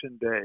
day